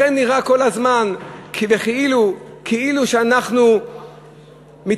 לכן נראה כל הזמן כאילו שאנחנו מתמקדים